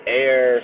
air